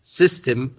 system